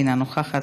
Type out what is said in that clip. אינה נוכחת,